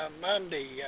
Monday